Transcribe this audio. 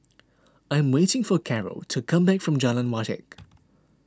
I am waiting for Caro to come back from Jalan Wajek